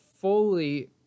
fully